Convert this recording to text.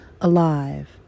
alive